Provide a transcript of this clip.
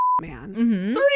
man